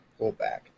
pullback